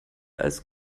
als